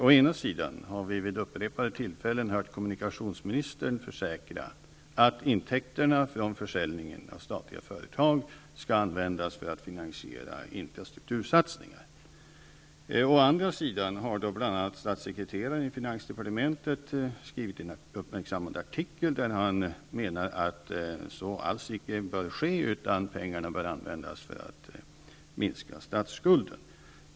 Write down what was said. Å ena sidan har vi vid upprepade tillfällen hört kommunikationsministern försäkra att intäkterna från försäljningen av statliga företag skall användas för att finansiera infrastruktursatsningar. Å andra sidan har bl.a. statssekreteraren i finansdepartementet skrivit en uppmärksammad artikel där han menar att så alls icke bör ske, utan att pengarna bör användas för att minska statsskulden.